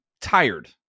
tired